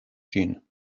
ĝin